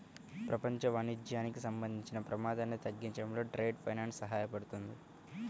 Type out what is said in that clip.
ప్రపంచ వాణిజ్యానికి సంబంధించిన ప్రమాదాన్ని తగ్గించడంలో ట్రేడ్ ఫైనాన్స్ సహాయపడుతుంది